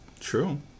true